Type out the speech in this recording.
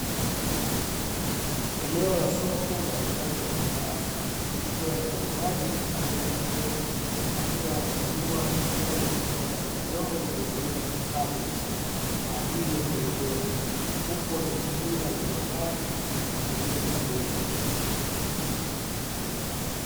Eneo la soko la uuzaji wa bidhaa, likiwa na muuzaji pamoja na mteja akiwa anachagua nyanya kutoka katika vyombo vilivyotumika kuhifadhi kwa ajili ya kununua, huku wamejikinga na juakali kwa kutumia miavuli.